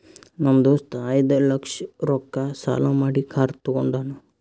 ನಮ್ ದೋಸ್ತ ಐಯ್ದ ಲಕ್ಷ ರೊಕ್ಕಾ ಸಾಲಾ ಮಾಡಿ ಕಾರ್ ತಗೊಂಡಾನ್